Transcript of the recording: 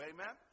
Amen